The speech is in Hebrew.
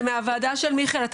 זה מהוועדה של מיכאל ביטון,